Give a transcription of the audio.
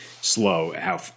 slow